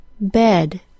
bed